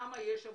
שם יש עבודה,